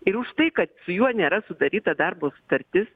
ir už tai kad su juo nėra sudaryta darbo sutartis